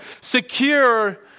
secure